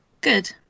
Good